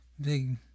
big